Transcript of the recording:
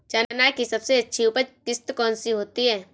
चना की सबसे अच्छी उपज किश्त कौन सी होती है?